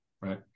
right